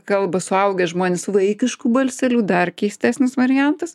kalba suaugę žmonės vaikišku balseliu dar keistesnis variantas